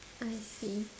I see